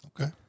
Okay